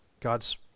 God's